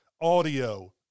audio